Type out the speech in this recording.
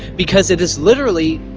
because it is literally,